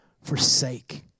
forsake